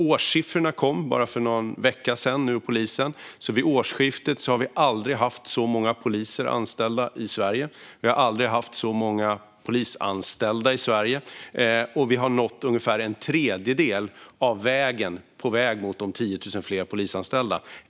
Årssiffrorna kom för bara någon vecka sedan när det gäller polisen, och vi har aldrig haft så många poliser anställda i Sverige som vi hade vid årsskiftet. Vi har aldrig haft så många polisanställda i Sverige, och vi har nått ungefär en tredjedel på vägen mot de 10 000 fler polisanställda.